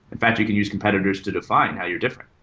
in fact, you can use competitors to define how you're different.